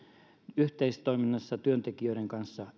yhteistoiminnassa työntekijöiden kanssa